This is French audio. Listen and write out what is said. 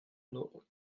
nos